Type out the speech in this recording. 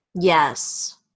Yes